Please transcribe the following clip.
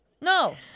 no